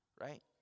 right